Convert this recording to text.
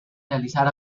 realizar